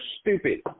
stupid